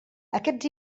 aquests